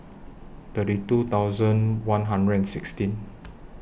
thirty two thousand one hundred and sixteen